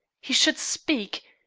he should speak,